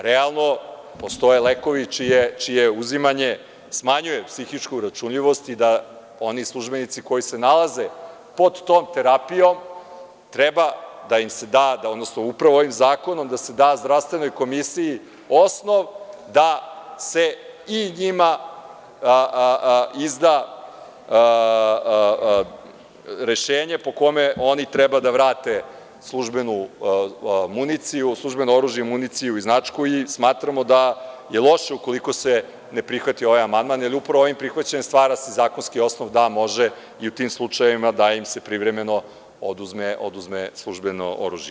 Realno postoje lekovi čije uzimanje smanjuje psihičku uračunljivosti i oni službenici koji se nalaze pod tom terapijom treba da se da ovim zakonom zdravstvenoj komisiji osnov da se i njima izda rešenje po kome oni treba da vrate službenu municiji, oružje i značku i smatramo da je loše ukoliko se ne prihvati ovaj amandman jer prihvatanjem amandmana stvara se zakonski osnov da može i u tim slučajevima da im se privremeno oduzme službeno oružje.